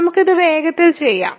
നമുക്ക് ഇത് വേഗത്തിൽ ചെയ്യാം